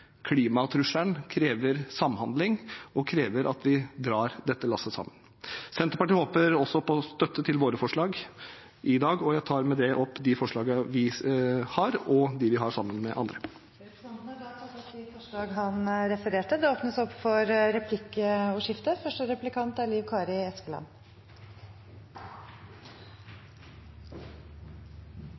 klimatrusselen krever samhandling og at vi drar dette lasset sammen. Senterpartiet håper også på støtte til sine forslag i dag. Jeg tar med det opp forslagene nr. 37–43 og 70–71. Representanten Ole André Myhrvold har tatt opp de forslagene han refererte til. Det blir replikkordskifte.